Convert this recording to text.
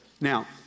Now